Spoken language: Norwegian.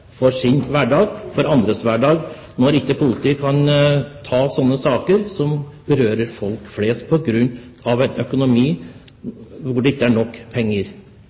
for sin hverdag, for andres hverdag når politiet ikke kan ta sånne saker som berører folk flest, på grunn av økonomi, at det ikke er nok penger.